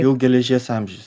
jau geležies amžius